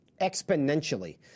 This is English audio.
exponentially